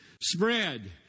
spread